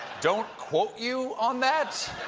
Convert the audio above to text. don't quote you on that?